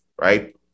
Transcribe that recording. right